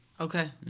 Okay